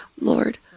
Lord